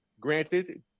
Granted